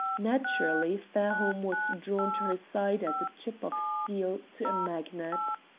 naturally fairholme was drawn to her side as a chip of steel to a magnet.